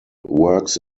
works